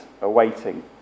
awaiting